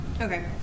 Okay